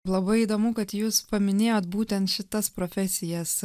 labai įdomu kad jūs paminėjot būtent šitas profesijas